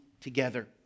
together